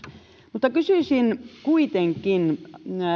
mutta kysyisin kuitenkin